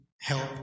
help